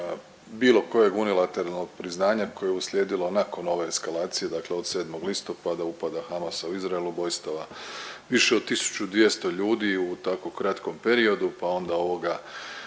bilo kojeg unilateralnog priznanja koje je uslijedilo nakon ove eskalacije dakle od 7. listopada upada Hamasa u Izraelu, ubojstava više od 1.200 ljudi u tako kratkom periodu pa onda ovoga